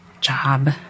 job